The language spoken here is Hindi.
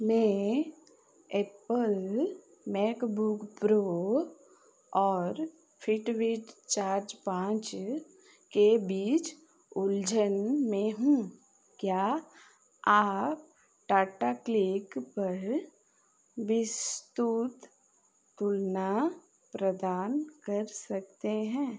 मैं एप्पल मैकबुक प्रो और फिटविथ चार्ज पाँच के बीच उलझन में हूँ क्या आप टाटा क्लिक पर विस्तृत तुलना प्रदान कर सकते हैं